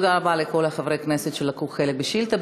תודה רבה לכל חברי הכנסת שלקחו חלק בשאילתה.